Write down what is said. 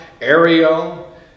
Ariel